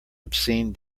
obscene